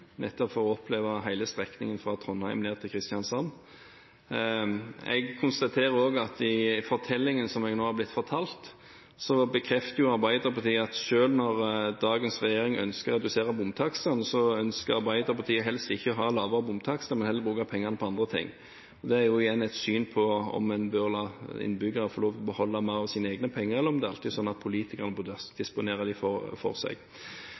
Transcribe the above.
nettopp å oppleve hele strekningen fra Trondheim til Kristiansand. Jeg konstaterer også at i fortellingen som jeg nå har blitt fortalt, bekrefter Arbeiderpartiet at selv når dagens regjering ønsker å redusere bomtakstene, ønsker Arbeiderpartiet helst ikke å ha lavere bomtakster. De vil heller bruke pengene til andre ting. Det er et syn på om hvorvidt en bør la innbyggerne få lov til å beholde mer av egne penger eller om det alltid er sånn at politikerne burde disponere pengene. På den ene siden får vi altså kritikk fra opposisjonen for